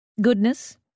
Goodness